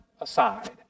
aside